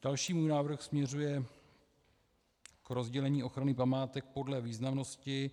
Další můj návrh směřuje k rozdělení ochrany památek podle významnosti.